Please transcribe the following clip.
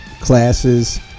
classes